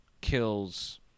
kills